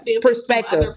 perspective